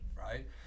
Right